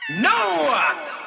no